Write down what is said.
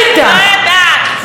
זה בסדר,